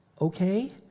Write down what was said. Okay